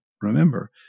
remember